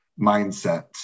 mindset